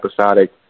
episodic